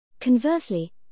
Conversely